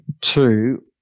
two